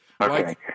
Okay